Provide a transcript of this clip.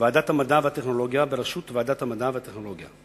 וועדת המדע והטכנולוגיה בראשות ועדת המדע והטכנולוגיה.